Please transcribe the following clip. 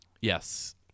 yes